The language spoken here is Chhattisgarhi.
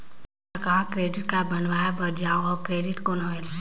मैं ह कहाँ क्रेडिट कारड बनवाय बार जाओ? और क्रेडिट कौन होएल??